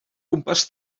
gwmpas